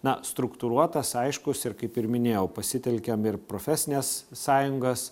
na struktūruotas aiškus ir kaip ir minėjau pasitelkėm ir profesines sąjungas